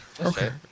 Okay